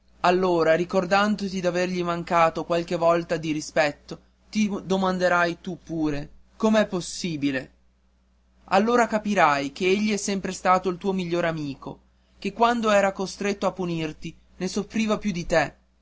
allora ricordandoti d'avergli mancato qualche volta di rispetto ti domanderai tu pure com'è possibile allora capirai che egli è sempre stato il tuo migliore amico che quando era costretto a punirti ne soffriva più di te